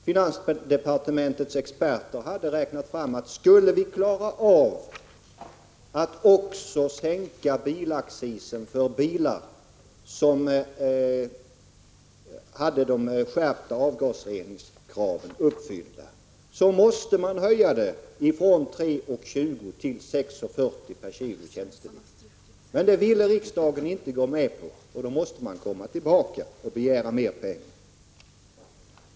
Finansdepartementets experter hade räknat fram, att om vi skulle kunna sänka bilaccisen för bilar som uppfyllde de skärpta kraven på avgasrening, måste bilaccisen höjas från 3:20 kr. till 6:40 kr. per kg tjänstevikt. Det ville inte riksdagen gå med på, och därför är det nödvändigt att komma tillbaka och begära mera pengar.